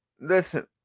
Listen